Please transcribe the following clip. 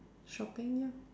shopping ya